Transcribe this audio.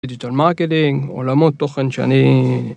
דיגיטל מרקדינג, עולמות תוכן שאני